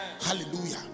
Hallelujah